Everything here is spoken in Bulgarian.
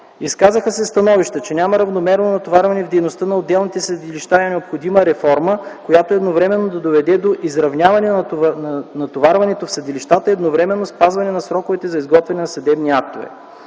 Изказаха се становища, че няма равномерно натоварване в дейността на отделните съдилища и е необходима реформа, която едновременно да доведе до изравняване на натоварването в съдилищата и едновременно спазване на сроковете за изготвяне на съдебните актове.